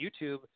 YouTube